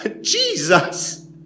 Jesus